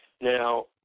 Now